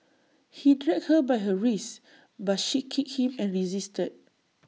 he dragged her by her wrists but she kicked him and resisted